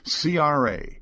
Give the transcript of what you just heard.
CRA